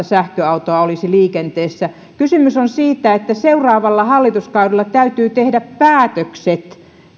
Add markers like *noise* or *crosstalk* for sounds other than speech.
*unintelligible* sähköautoa olisi liikenteessä kysymys on siitä että seuraavalla hallituskaudella täytyy tehdä päätökset siitä